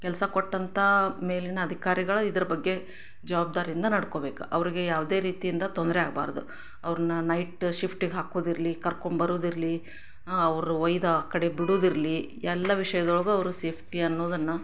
ಕೆಲಸ ಕೊಟ್ಟಂಥಾ ಮೇಲಿನ ಅಧಿಕಾರಿಗಳ್ ಇದ್ರ ಬಗ್ಗೆ ಜವಾಬ್ದಾರಿಯಿಂದ ನಡ್ಕೊಬೇಕು ಅವ್ರಿಗೆ ಯಾವುದೇ ರೀತಿಯಿಂದ ತೊಂದರೆ ಆಗಬಾರ್ದು ಅವ್ರನ್ನು ನೈಟ್ ಶಿಫ್ಟಿಗೆ ಹಾಕೋದಿರಲಿ ಕರ್ಕೊಂಬರೋದಿರಲಿ ಅವ್ರ ಒಯ್ದು ಆ ಕಡೆ ಬಿಡೋದಿರ್ಲಿ ಎಲ್ಲ ವಿಷಯದೊಳಗೂ ಅವರು ಸೇಫ್ಟಿ ಅನ್ನೋದನ್ನು